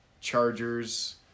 Chargers